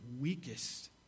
weakest